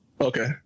Okay